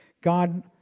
God